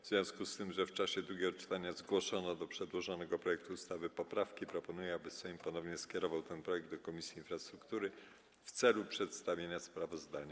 W związku z tym, że w czasie drugiego czytania zgłoszono do przedłożonego projektu ustawy poprawki, proponuję, aby Sejm ponownie skierował ten projekt do Komisji Infrastruktury w celu przedstawienia sprawozdania.